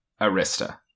Arista